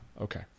Okay